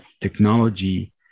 technology